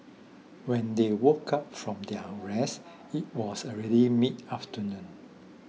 when they woke up from their rest it was already mid afternoon